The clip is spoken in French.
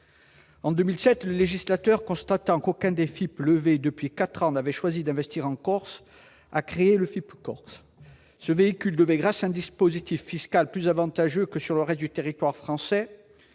En 2007, le législateur, constatant qu'aucun des FIP levés depuis quatre ans n'avait choisi d'investir en Corse, a créé le FIP-Corse. Ce véhicule devait, grâce à un dispositif fiscal plus avantageux que sur le reste du territoire français-